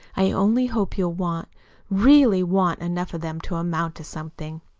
i only hope you'll want really want enough of them to amount to something.